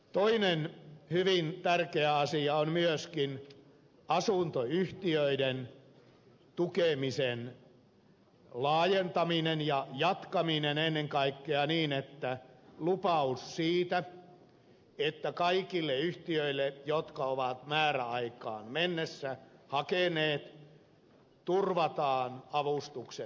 toinen hyvin tärkeä asia on myöskin asuntoyhtiöiden tukemisen laajentaminen ja jatkaminen ennen kaikkea niin että annetaan lupaus siitä että kaikille yhtiöille jotka ovat määräaikaan mennessä hakeneet turvataan avustuksen saanti